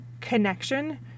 connection